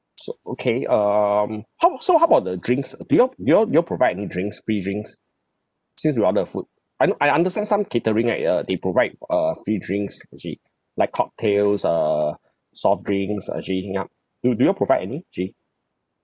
so okay um how so how about the drinks uh do you all do you all provide any drinks free drinks since we order food I under I understand some catering right uh they provide f~ uh free drinks actually like cocktails uh soft drinks uh actually ya do do you all provide any actually